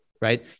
right